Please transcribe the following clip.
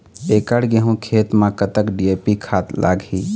एकड़ गेहूं खेत म कतक डी.ए.पी खाद लाग ही?